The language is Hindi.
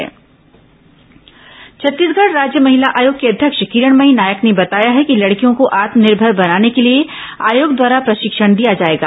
किरणमयी नायक पत्रकारवार्ता छत्तीसगढ़ राज्य महिला आयोग की अध्यक्ष किरणमयी नायक ने बताया है कि लड़कियों को आत्मनिर्भर बनाने के लिए आयोग द्वारा प्रशिक्षण दिया जाएगा